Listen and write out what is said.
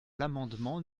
l’amendement